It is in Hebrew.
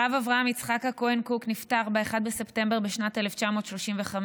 יצחק הכהן קוק נפטר ב-1 בספטמבר בשנת 1935,